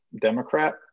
democrat